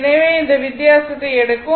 எனவே வித்தியாசத்தை எடுக்கவும்